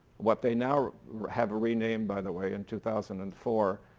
what they now have a renamed by the way in two thousand and four,